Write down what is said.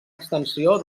extensió